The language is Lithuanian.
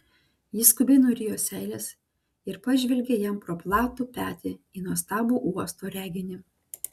ji skubiai nurijo seiles ir pažvelgė jam pro platų petį į nuostabų uosto reginį